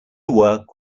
work